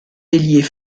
ailier